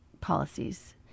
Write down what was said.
policies